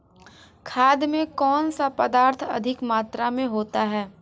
खाद में कौन सा पदार्थ अधिक मात्रा में होता है?